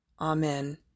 Amen